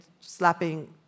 slapping